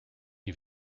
you